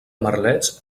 merlets